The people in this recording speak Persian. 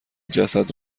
جسد